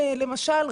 למשל,